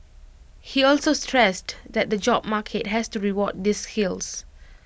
he also stressed that the job market has to reward these skills